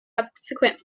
subsequent